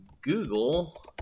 Google